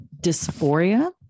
dysphoria